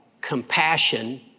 compassion